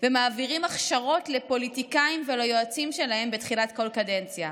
ומעבירים הכשרות לפוליטיקאים וליועצים שלהם בתחילת כל קדנציה.